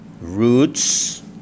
roots